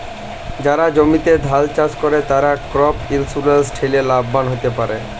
যারা জমিতে ধাল চাস করে, তারা ক্রপ ইন্সুরেন্স ঠেলে লাভবান হ্যতে পারে